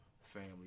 family